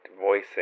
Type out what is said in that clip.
voicing